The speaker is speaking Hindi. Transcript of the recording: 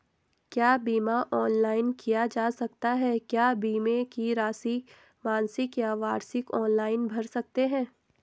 क्या बीमा ऑनलाइन किया जा सकता है क्या बीमे की राशि मासिक या वार्षिक ऑनलाइन भर सकते हैं?